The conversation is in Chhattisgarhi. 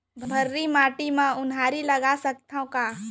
भर्री माटी म उनहारी लगा सकथन का?